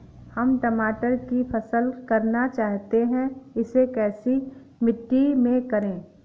हम टमाटर की फसल करना चाहते हैं इसे कैसी मिट्टी में करें?